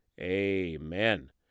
amen